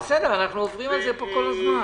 אנחנו עוברים על זה פה כל הזמן.